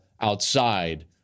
outside